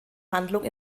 handlung